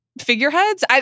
figureheads